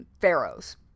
Pharaohs